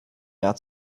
jahr